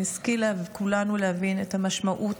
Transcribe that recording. נשכיל כולנו להבין את המשמעות